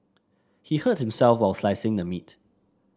he hurt himself while slicing the meat